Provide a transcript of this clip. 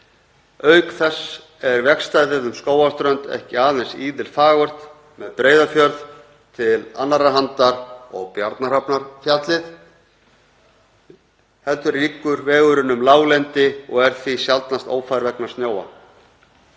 Auk þess er vegstæðið um Skógarströnd ekki aðeins íðilfagurt með Breiðafjörð til annarrar handar og Bjarnahafnarfjall til hinnar heldur liggur vegurinn um láglendi og er því sjaldnast ófær vegna snjóa.